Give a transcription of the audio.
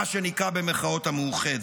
מה שנקרא "המאוחדת",